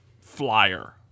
flyer